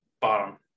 bottom